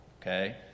Okay